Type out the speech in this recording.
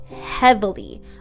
heavily